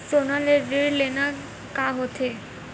सोना ले ऋण लेना का होथे?